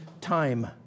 time